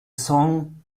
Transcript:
song